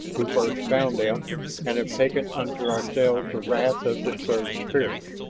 who first found them and have taken unto ourselves the wrath of disturbed spirits.